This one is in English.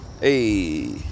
hey